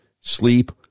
sleep